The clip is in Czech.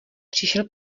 přišel